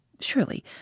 Surely